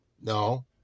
No